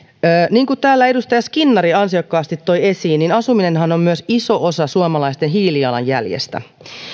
niin kuin täällä edustaja skinnari ansiokkaasti toi esiin asuminenhan on myös iso osa suomalaisten hiilijalanjäljestä